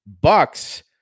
Bucks